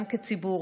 גם כציבור,